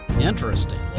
interestingly